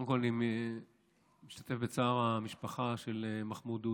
קודם כול, אני משתתף בצער המשפחה של מחמוד עודה,